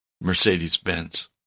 Mercedes-Benz